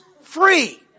free